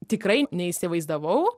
tikrai neįsivaizdavau